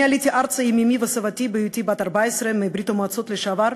אני עליתי ארצה עם אמי וסבתי בהיותי בת 14 מברית-המועצות לשעבר,